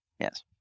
Yes